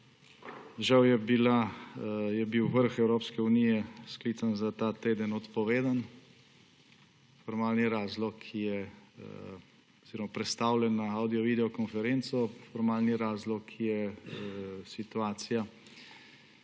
Žal je bil vrh Evropske unije, sklican za ta teden, odpovedan oziroma prestavljen na avdiovideokonferenco, formalni razlog je situacija